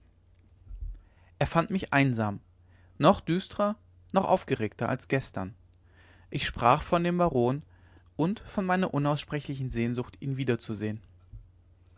er fand mich einsam noch düstrer noch aufgeregter als gestern ich sprach von dem baron und von meiner unaussprechlichen sehnsucht ihn wiederzusehen